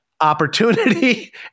opportunity